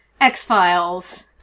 X-Files